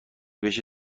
بشه